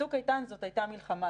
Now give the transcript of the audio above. צוק איתן היה מלחמה,